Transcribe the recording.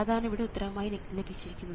അതാണ് ഇവിടെ ഉത്തരമായി നൽകിയിരിക്കുന്നത്